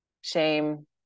shame